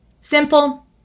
Simple